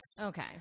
okay